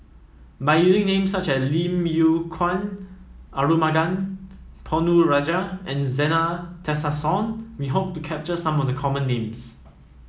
by using names such as Lim Yew Kuan Arumugam Ponnu Rajah and Zena Tessensohn we hope to capture some of the common names